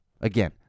again